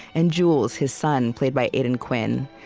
and jules, his son, played by aidan quinn.